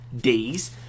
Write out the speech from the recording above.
days